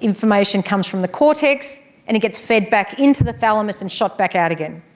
information comes from the cortex and it gets fed back into the thalamus and shot back out again.